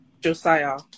Josiah